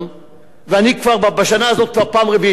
ואני בשנה הזאת כבר פעם רביעית נמצא שם,